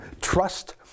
trust